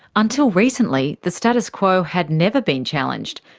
until recently, the status quo had never been challenged.